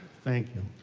thank you.